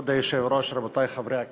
כבוד היושב-ראש, רבותי חברי הכנסת,